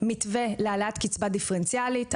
מתווה להעלאת קצבה דיפרנציאלית.